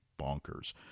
Bonkers